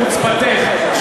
בחוצפתך,